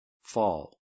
fall